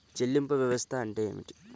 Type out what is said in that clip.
చెల్లింపు వ్యవస్థ అంటే ఏమిటి?